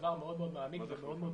דבר מאוד מעמיק ומאוד קשה.